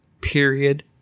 period